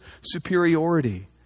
superiority